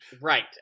Right